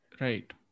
Right